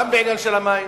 גם בעניין של המים,